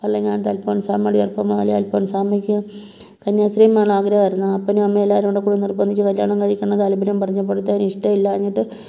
ഭരണങ്ങാനത്ത് അൽഫോൻസാമ്മേടെ അടുത്ത് അല്ലെങ്കിൽ അൽഫോൻസാമ്മക്ക് കന്യാസ്ത്രീ അമ്മയുടെ ആഗ്രഹം ആയിരുന്നു അപ്പനും അമ്മേം എല്ലാവരും കൂടെ നിർബന്ധിച്ച് കല്യാണം കഴിക്കാൻ താൽപ്പര്യം പറഞ്ഞപ്പഴ്ത്തേന് ഇഷ്ട്ടം ഇല്ലാഞ്ഞിട്ട്